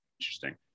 interesting